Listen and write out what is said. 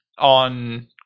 on